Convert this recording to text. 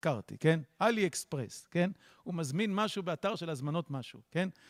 הכרתי, כן? אלי אקספרס, כן? הוא מזמין משהו באתר של הזמנות משהו, כן?